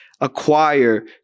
acquire